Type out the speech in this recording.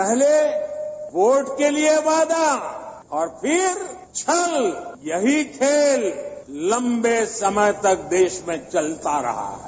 पहले वोट के लिए वादा और फिर छल यही खेल लम्बे समय तक देश में चलता रहा है